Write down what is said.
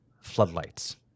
floodlights